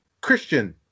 Christian